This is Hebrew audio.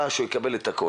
תודה.